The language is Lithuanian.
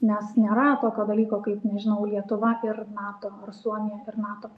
nes nėra tokio dalyko kaip nežinau lietuva ir nato ar suomija ir nato